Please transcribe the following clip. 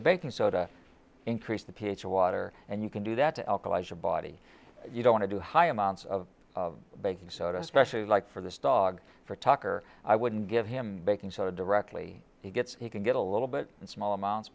baking soda increase the ph of water and you can do that to alkalis your body you don't want to do high amounts of baking soda especially like for this dog for tucker i wouldn't give him baking soda directly he gets he can get a little bit small amounts